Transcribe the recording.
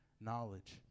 knowledge